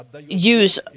use